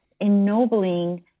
ennobling